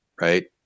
right